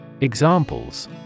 Examples